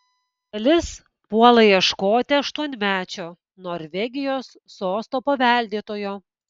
dalis puola ieškoti aštuonmečio norvegijos sosto paveldėtojo